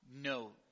No